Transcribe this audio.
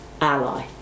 ally